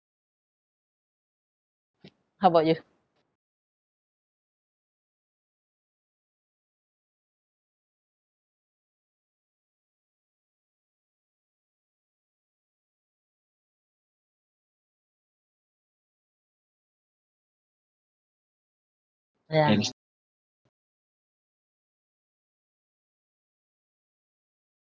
how bout you ya